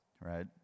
right